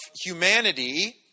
humanity